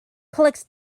collects